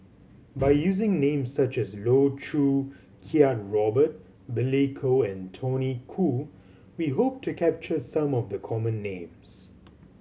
by using names such as Loh Choo Kiat Robert Billy Koh and Tony Khoo we hope to capture some of the common names